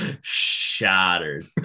shattered